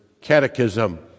Catechism